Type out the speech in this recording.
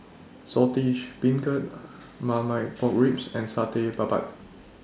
Saltish Beancurd Marmite Pork Ribs and Satay Babat